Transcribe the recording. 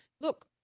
look